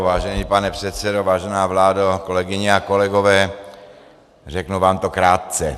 Vážený pane předsedo, vážená vládo, kolegyně a kolegové, řeknu vám to krátce.